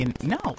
No